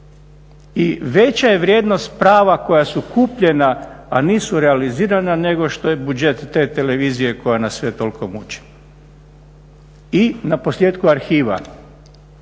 I veća je vrijednost prava koja su kupljena, a nisu realizirana nego što je budžet te televizije koja nas sve toliko muči. I naposljetku arhiva,